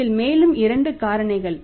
இதில் மேலும் இரண்டு காரணிகள்